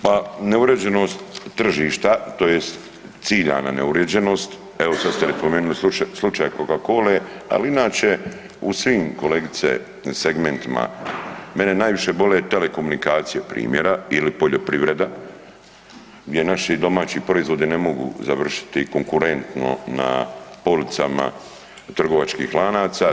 Pa neuređenost tržišta, tj. ciljana neuređenost evo sad ste spomenuli Coca-Cole, ali inače u svim kolegice segmentima, mene najviše bole telekomunikacije primjera ili poljoprivreda gdje naši domaći proizvodi ne mogu završiti konkurentno na policama trgovačkih lanaca.